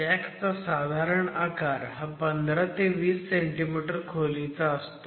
jack चा साधारण आकार हा 15 ते 20 सेमी खोलीचा असतो